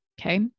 Okay